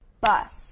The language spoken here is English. bus